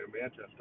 Manchester